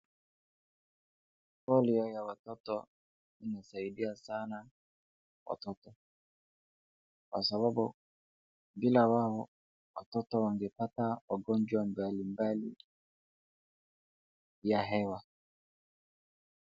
Polio ya watoto inasaidia sana watoto kwa sababu bila wao watoto wangepata wagonjwa mbalimbali ya hewa .